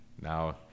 now